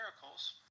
miracles